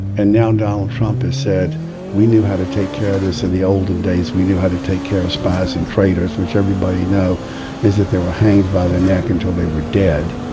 and now donald trump has said we knew how to take care of this in the olden days we knew how to take care of spies and traitors which everybody know is that they were hanged by the neck until they were dead.